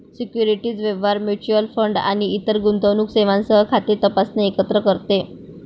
securities व्यवहार, mutual fund आणि इतर गुंतवणूक सेवांसह खाते तपासणे एकत्र करते